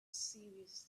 serious